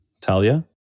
Talia